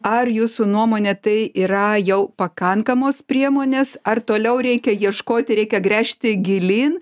ar jūsų nuomone tai yra jau pakankamos priemonės ar toliau reikia ieškoti reikia gręžti gilyn